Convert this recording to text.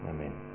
Amen